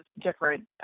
different